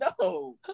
No